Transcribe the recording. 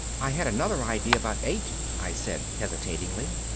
i had another idea about eight, i said hesitatingly.